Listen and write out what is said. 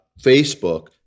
Facebook